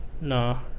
No